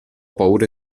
paura